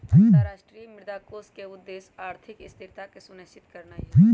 अंतरराष्ट्रीय मुद्रा कोष के उद्देश्य आर्थिक स्थिरता के सुनिश्चित करनाइ हइ